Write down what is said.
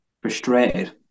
frustrated